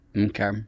Okay